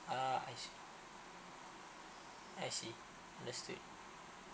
ah I see I see understood